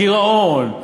גירעון.